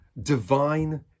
divine